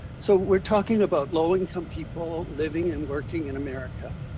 so we're talking about low-income people living and working in america.